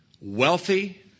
wealthy